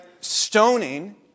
stoning